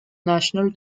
national